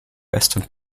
western